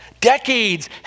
Decades